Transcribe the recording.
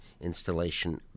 Installation